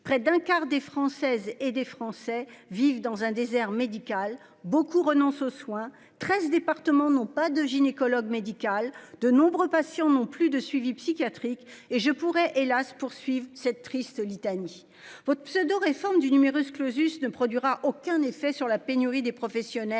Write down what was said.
près d'un quart des Françaises et des Français vivent dans un désert médical beaucoup renoncent aux soins 13 départements non pas de gynécologue médical de nombreux patients non plus de suivi psychiatrique et je pourrais hélas poursuivent cette triste litanie votre pseudo réforme du numerus clausus ne produira aucun effet sur la pénurie des professionnels